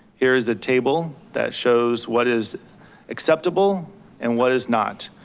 here is the table that shows what is acceptable and what is not.